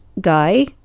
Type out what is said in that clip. guy